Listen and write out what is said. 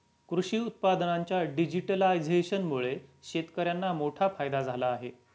कृषी उत्पादनांच्या डिजिटलायझेशनमुळे शेतकर्यांना मोठा फायदा झाला आहे